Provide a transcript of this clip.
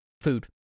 food